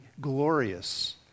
glorious